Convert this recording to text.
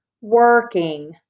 Working